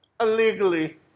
illegally